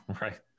Right